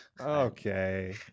Okay